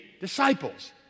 disciples